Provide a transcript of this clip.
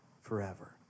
Forever